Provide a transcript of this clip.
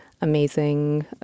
amazing